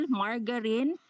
margarine